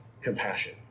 compassion